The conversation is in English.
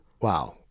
wow